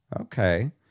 Okay